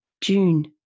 June